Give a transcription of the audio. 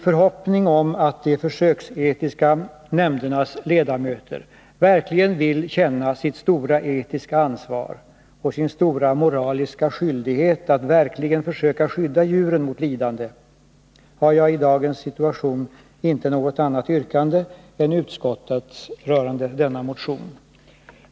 I förhoppning om att de försöksetiska nämndernas ledamöter verkligen vill känna sitt stora etiska ansvar och sin stora moraliska skyldighet att verkligen försöka skydda djuren mot lidande har jag i dagens situation inte något annat yrkande än utskottets rörande denna motion.